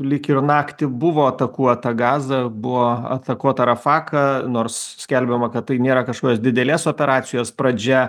lyg ir naktį buvo atakuota gaza buvo atakuota rafaka nors skelbiama kad tai nėra kažkokios didelės operacijos pradžia